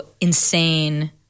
insane